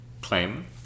claim